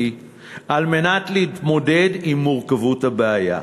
על מנת להתמודד עם מורכבות הבעיה.